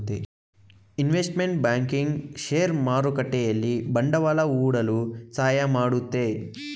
investment banking share ಮಾರುಕಟ್ಟೆಯಲ್ಲಿ ಬಂಡವಾಳ ಹೂಡಲು ಸಹಾಯ ಮಾಡುತ್ತೆ